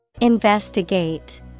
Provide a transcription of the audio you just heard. Investigate